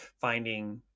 finding